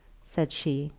said she,